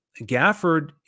Gafford